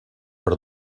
per